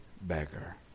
beggar